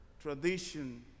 tradition